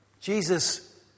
Jesus